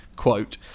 Quote